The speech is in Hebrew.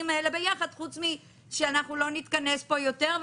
האלה ביחד חוץ משאנחנו לא נתכנס פה יותר,